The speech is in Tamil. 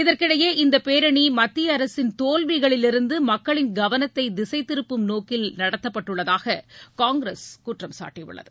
இதற்கிடையே இந்த பேரனி மத்திய அரசின் தோல்விகளிலிருந்து மக்களின் கவனத்தை திசை திருப்பும் நோக்கில் இந்த பேரணி நடத்தப்பட்டுள்ளதாக காங்கிரஸ் குற்றம் சாட்டியுள்ளது